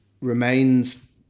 remains